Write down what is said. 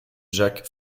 jacques